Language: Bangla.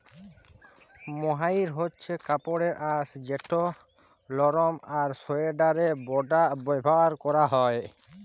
মোহাইর হছে কাপড়ের আঁশ যেট লরম আর সোয়েটারে ব্যাভার ক্যরা হ্যয়